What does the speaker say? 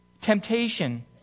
temptation